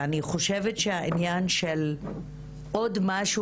ואני חושבת שהעניין של עוד משהו.